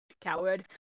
Coward